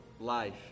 life